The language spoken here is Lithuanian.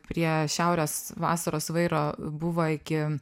prie šiaurės vasaros vairo buvo iki